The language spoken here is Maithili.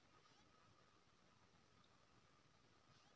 पियाज के खेती में कोन खाद लगे हैं?